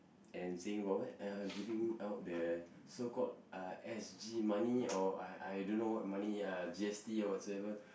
and saying about what uh giving out the so called uh S_G money or uh I don't know what money uh G_S_T or whatsoever